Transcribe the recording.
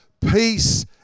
peace